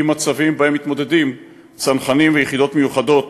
עם מצבים שעמם מתמודדים צנחנים ויחידות מיוחדות